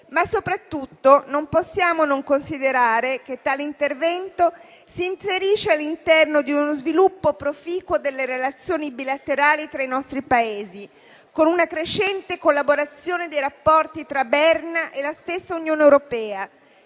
Soprattutto, non possiamo non considerare che tale intervento si inserisce all'interno di uno sviluppo proficuo delle relazioni bilaterali tra i nostri Paesi, con una crescente collaborazione dei rapporti tra Berna e la stessa Unione europea